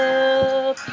up